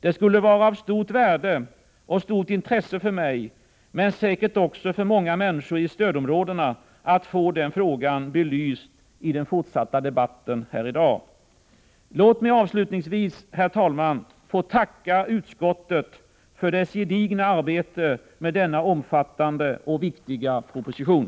Det skulle vara av stort värde och av stort intresse för mig, och säkert också för många människor i stödområdena, att få den frågan belyst i den fortsatta debatten här i dag. Låt mig avslutningsvis, herr talman, få tacka utskottet för dess gedigna arbete med denna omfattande och viktiga proposition.